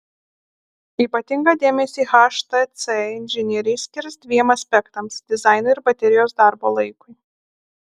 ypatingą dėmesį htc inžinieriai skirs dviem aspektams dizainui ir baterijos darbo laikui